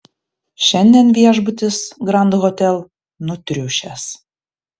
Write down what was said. šiandien viešbutis grand hotel nutriušęs